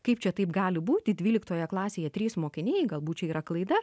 kaip čia taip gali būti dvyliktoje klasėje trys mokiniai galbūt čia yra klaida